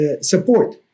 support